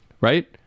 Right